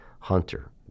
Hunter